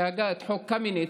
שהגה את חוק קמיניץ.